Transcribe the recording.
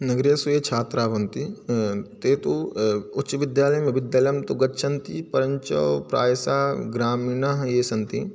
नगरेषु ये छात्राः भवन्ति ते तु उच्चविद्यालयं विद्यालयं तु गच्छन्ति परञ्च प्रायशः ग्रामीणाः ये सन्ति